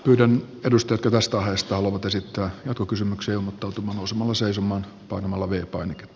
yhden perustehtävästä hänestä ollut esittää jatkokysymyksiä mutta samalla aika iso määrä